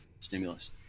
stimulus